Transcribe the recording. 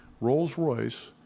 Rolls-Royce